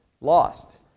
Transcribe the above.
Lost